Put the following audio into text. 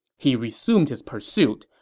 he resumed his pursuit,